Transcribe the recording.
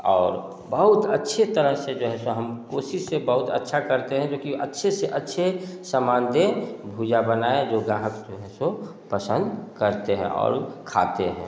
और बहुत अच्छी तरह से जो है सो हम कोशिश बहुत अच्छा करते हैं जो कि अच्छे से अच्छे समान दे भुजा बनाए जो गाहक जो है सो पसंद करते हैं और खाते हैं